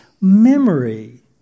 memory